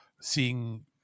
seeing